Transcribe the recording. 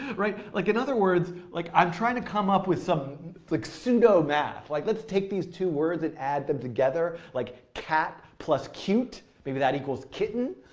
right? like, in other words, like, i'm trying to come up with some like pseudo math. like, let's take these two words and add them together. like cat plus cute maybe that equals kitten.